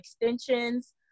extensions